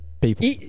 people